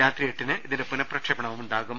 രാത്രി എട്ടിന് ഇതിന്റെ പുനഃപ്രക്ഷേപണവുമുണ്ടാകും